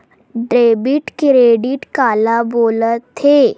Debit credit काला बोल थे?